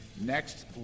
next